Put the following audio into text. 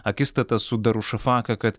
akistatą su darušafaka kad